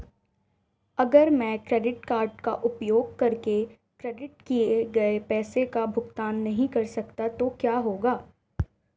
अगर मैं credit card का उपयोग करके क्रेडिट किए गए पैसे का भुगतान नहीं कर सकता तो क्या होगा?